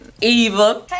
eva